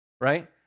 right